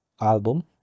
Album